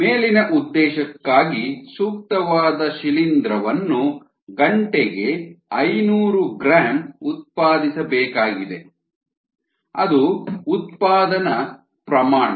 ಮೇಲಿನ ಉದ್ದೇಶಕ್ಕಾಗಿ ಸೂಕ್ತವಾದ ಶಿಲೀಂಧ್ರವನ್ನು ಗಂಟೆಗೆ ಐನೂರು ಗ್ರಾಂ ಉತ್ಪಾದಿಸಬೇಕಾಗಿದೆ ಅದು ಉತ್ಪಾದನಾ ಪ್ರಮಾಣ